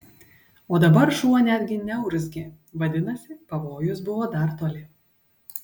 o dabar šuo netgi neurzgė vadinasi pavojus buvo dar toli